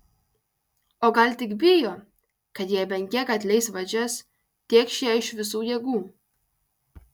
o gal tik bijo kad jei bent kiek atleis vadžias tėkš ją iš visų jėgų